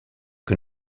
que